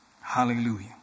Hallelujah